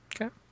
Okay